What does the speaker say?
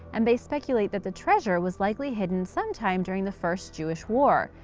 and they speculate that the treasure was likely hidden sometime during the first jewish war.